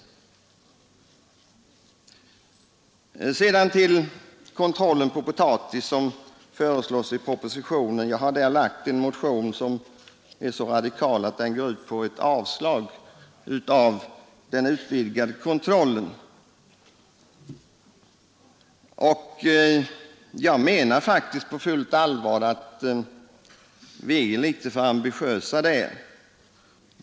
Jag övergår sedan till den kontroll av potatis som föreslås i propositionen. Jag har där väckt en motion som är så radikal, att den går ut på ett avslag av den utvidgade kontrollen. Jag menar faktiskt på fullt allvar att vi där är litet för ambitiösa.